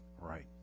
Right